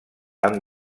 han